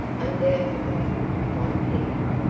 undoubtedly, replied peggy,